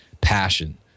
passion